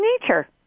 nature